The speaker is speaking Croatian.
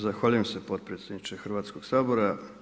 Zahvaljujem se potpredsjedniče Hrvatskog sabora.